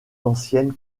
ancienne